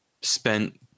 spent